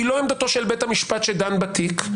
היא לא עמדתו של בית המשפט שדן בתיק.